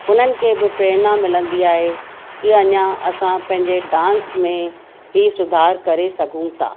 हुननि खे बि प्रेरणा मिलंदी आहे कि अञा असां पंहिंजे डांस में ही सुधार करे सघूं था